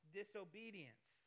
disobedience